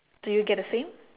do you get the same